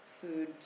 food